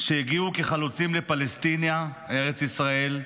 שהגיעו כחלוצים לפלשתינה, ארץ ישראל,